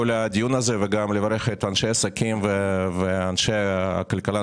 לדיון הזה וגם לברך את אנשי העסקים ואנשי הכלכלה,